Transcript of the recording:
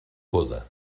coda